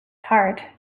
heart